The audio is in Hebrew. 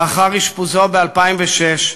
לאחר אשפוזו ב-2006,